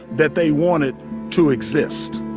that they wanted to exist